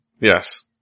Yes